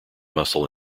muscle